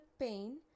pain